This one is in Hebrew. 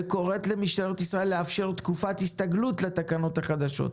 וקוראת למשטרת ישראל לאפשר תקופת הסתגלות לתקנות החדשות,